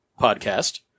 podcast